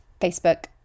facebook